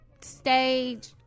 stage